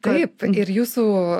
taip ir jūsų